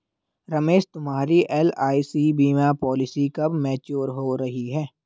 रमेश तुम्हारी एल.आई.सी बीमा पॉलिसी कब मैच्योर हो रही है?